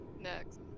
next